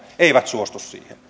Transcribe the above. suostu siihen